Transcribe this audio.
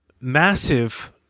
massive